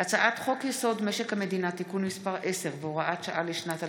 הצעת חוק-יסוד: משק המדינה (תיקון מס' 10 והוראת שעה לשנת 2020)